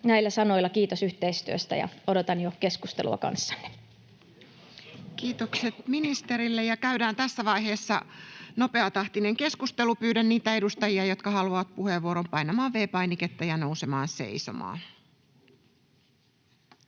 hallinnonala Time: 12:17 Content: Kiitokset ministerille. — Käydään tässä vaiheessa nopeatahtinen keskustelu. Pyydän niitä edustajia, jotka haluavat puheenvuoron, painamaan V-painiketta ja nousemaan seisomaan.